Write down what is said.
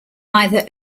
either